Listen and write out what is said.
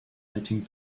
melting